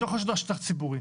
מתוך שטח ציבורי.